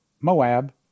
Moab